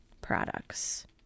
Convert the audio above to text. products